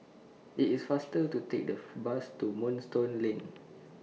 IT IS faster to Take The Bus to Moonstone Lane